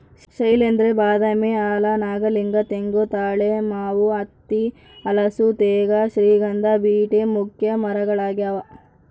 ಶೈಲೇಂದ್ರ ಬಾದಾಮಿ ಆಲ ನಾಗಲಿಂಗ ತೆಂಗು ತಾಳೆ ಮಾವು ಹತ್ತಿ ಹಲಸು ತೇಗ ಶ್ರೀಗಂಧ ಬೀಟೆ ಮುಖ್ಯ ಮರಗಳಾಗ್ಯಾವ